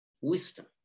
wisdom